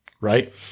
Right